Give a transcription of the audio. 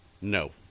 No